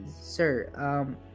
sir